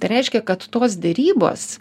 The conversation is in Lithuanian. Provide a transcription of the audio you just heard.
tai reiškia kad tos derybos